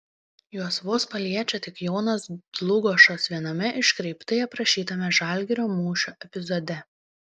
juos vos paliečia tik jonas dlugošas viename iškreiptai aprašytame žalgirio mūšio epizode